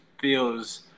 feels